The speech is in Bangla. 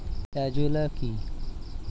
এজোলা কি?